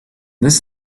this